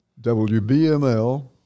WBML